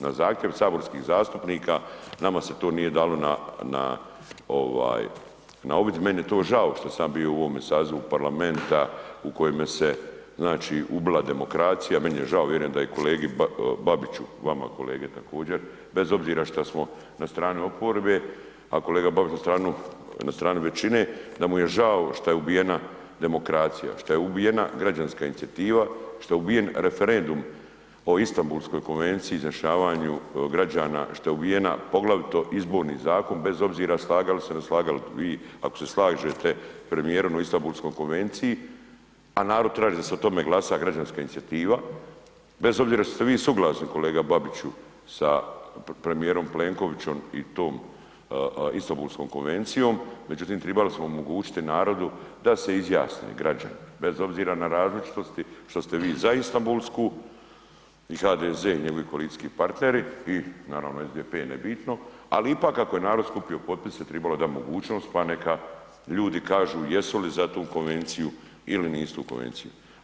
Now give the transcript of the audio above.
Na zahtjev saborskih zastupnika, nama se to nije dalo na uvid, meni je to žao što sam ja bio u ovom sazivu parlamenta u kojemu se ubila demokracija, meni je žao, vjerujem da je i kolegi Babiću, vama kolege također, bez obzira šta smo na strani oporbe, a kolega Babić na strani većine, da mu je žao šta je ubijena demokracija, šta je ubijena građanska inicijativa, šta je ubijen referendum o Istabulskoj konvenciji i izjašnjavanju građana, šta je ubijen poglavito Izborni zakon bez obzira slagali se ili ne slagali, vi ako se slažete sa premijerom ili Istanbulskoj konvenciji, a narod traži da o tome glasa, građanska inicijativa, bez obzira šta ste vi suglasni kolega Babiću sa premijerom Plenkovićem i tom Istanbulskom konvencijom, međutim trebali smo omogućiti narodu da se izjasne građani, bez obzira na različitosti što ste vi za Istanbulsku i HDZ i njegovi koalicijski partneri i naravno SDP, nebitno, ali ipak je narod skupio potpise trebalo je dat mogućnost pa neka ljudi kažu jesu li za tu konvenciju ili nisu za tu konvenciju.